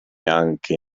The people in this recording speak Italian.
anche